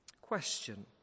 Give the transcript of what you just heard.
Question